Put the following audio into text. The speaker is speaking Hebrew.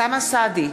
אוסאמה סעדי,